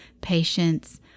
patience